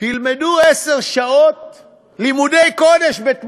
ילמדו עשר שעות לימודי קודש, בתמורה,